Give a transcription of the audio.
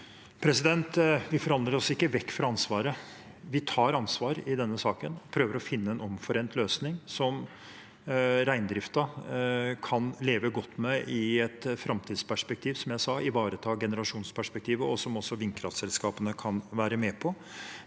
Vi forhandler oss ikke vekk fra ansvaret. Vi tar ansvar i denne saken og prøver å finne en omforent løsning som reindriften kan leve godt med i et framtidsperspektiv – ivareta generasjonsperspektivet, som jeg sa – og som også vindkraftselskapene kan være med på.